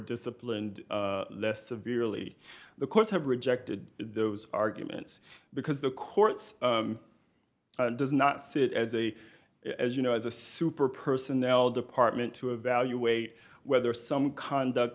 disciplined less severely the courts have rejected those arguments because the courts does not sit as a as you know as a super personnel department to evaluate whether some conduct